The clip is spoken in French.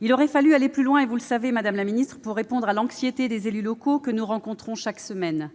Il aurait fallu aller plus loin, et vous le savez, madame la ministre, pour répondre à l'anxiété des élus locaux que nous rencontrons chaque semaine.